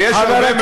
ויש הרבה מאוד,